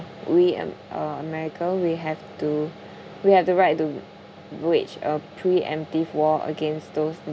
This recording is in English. we uh america we have to we have the right to wage a pre-emptive war against those we